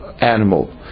animal